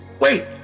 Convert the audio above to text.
Wait